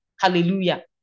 hallelujah